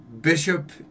Bishop